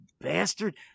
bastard